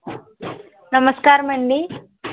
నమస్కారం అండి